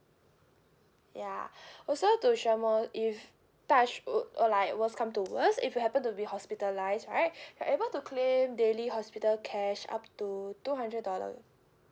ya also to share more if touchwood or like worse come to worst if you happen to be hospitalised right you are able to claim daily hospital cash up to two hundred dollars